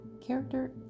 Character